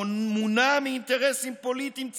המונע מאינטרסים פוליטיים צרים,